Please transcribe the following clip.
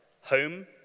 home